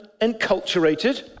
enculturated